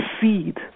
seed